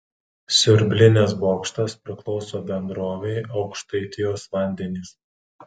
siurblinės bokštas priklauso bendrovei aukštaitijos vandenys